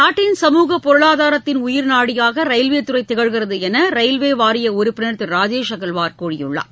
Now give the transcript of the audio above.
நாட்டின் சமூக பொருளாதாரத்தின் உயிர் நாடியாக ரயில்வேத்துறை திகழ்கிறது என ரயில்வே வாரிய உறுப்பினர் திரு ராஜேஷ் அகர்வால் கூறியுள்ளார்